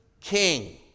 king